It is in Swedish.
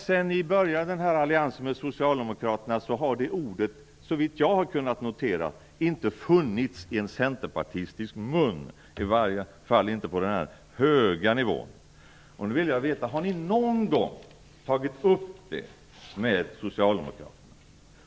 Men sedan alliansen med Socialdemokraterna började har det ordet, såvitt jag har kunnat notera, inte funnits i en centerpartistisk mun, i varje fall inte på den här höga nivån. Jag vill då veta: Har ni någon gång tagit upp detta med Socialdemokraterna?